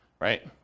right